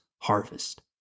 harvest